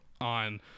on